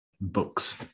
books